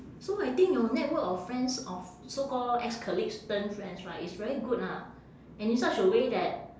so I think your network of friends of so called ex-colleagues turn friends right it's very good ah and it's such a way that